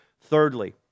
thirdly